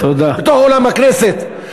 בתוך אולם הכנסת.